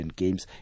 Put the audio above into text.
games